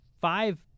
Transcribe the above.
five